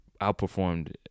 outperformed